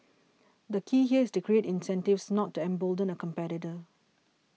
the key here is to create incentives not to embolden a competitor